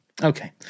Okay